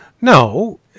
No